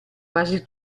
quasi